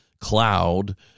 cloud